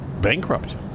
bankrupt